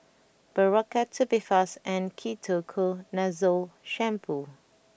Berocca Tubifast and Ketoconazole Shampoo